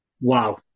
Wow